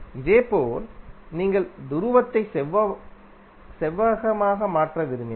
இதேபோல் நீங்கள் துருவத்தை செவ்வகமாக மாற்ற விரும்பினால்